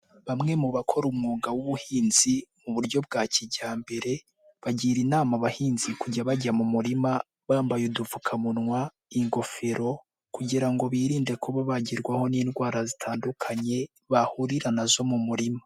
Bamwe mu bakora umwuga w'ubuhinzi mu buryo bwa kijyambere, bagira inama abahinzi kujya bajya mu murima bambaye udupfukamunwa, ingofero kugira ngo birinde kuba bagerwaho n'indwara zitandukanye bahurira nazo mu murima.